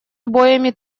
обоими